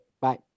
bye